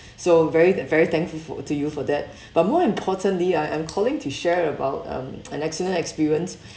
so very th~ very thankful fo~ to you for that but more importantly I am calling to share about um an excellent experience